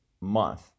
month